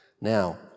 Now